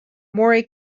moray